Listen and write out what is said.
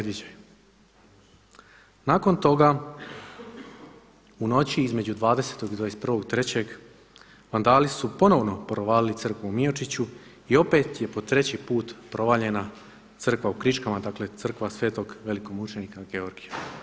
Nakon toga u noći između 20. i 21.3. vandali su ponovno provalili crkvu u Miočiću i opet je po treći put provaljena crkva u Kriškama, dakle Crkva Svetog velikomučenika Georgija.